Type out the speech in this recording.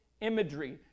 imagery